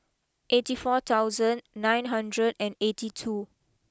eighty four thousand nine hundred and eighty two